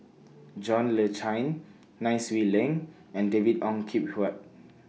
John Le Cain Nai Swee Leng and David Ong Kim Huat